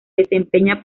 desempeña